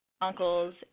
uncles